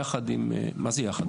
יחד עם מה זה יחד?